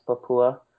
Papua